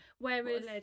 Whereas